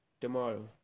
tomorrow